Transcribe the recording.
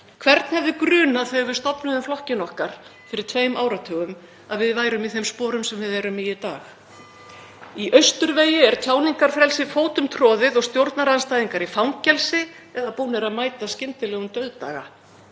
Hvern hefði grunað þegar við stofnuðum flokkinn okkar fyrir tveim áratugum að við værum í þeim sporum sem við erum í í dag? Í austurvegi er tjáningarfrelsið fótumtroðið og stjórnarandstæðingar í fangelsi eða búnir að mæta skyndilegum dauðdaga.